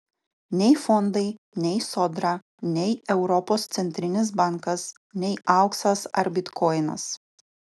nei fondai nei sodra nei europos centrinis bankas nei auksas ar bitkoinas